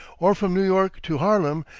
or from new york to harlem,